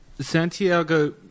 Santiago